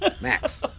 Max